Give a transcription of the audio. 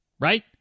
right